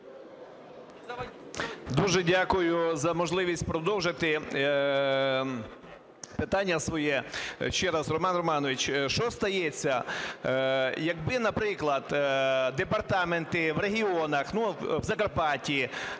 Дуже дякую за можливість продовжити питання своє. Ще раз, Роман Романович, що стається, якби, наприклад, департаменти в регіонах, в Закарпатті,